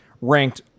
ranked